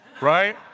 right